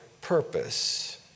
purpose